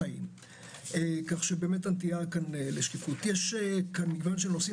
כאן מגוון של נושאים.